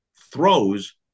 throws